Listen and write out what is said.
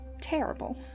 terrible